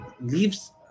leaves